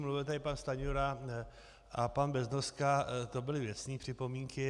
Mluvil tady pan Stanjura a pan Beznoska, to byly věcné připomínky.